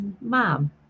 mom